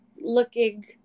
looking